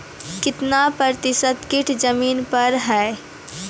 कितना प्रतिसत कीट जमीन पर हैं?